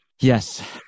Yes